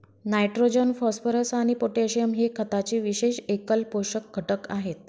nitrogen, phosphorus आणि potassium हे खताचे विशेष एकल पोषक घटक आहेत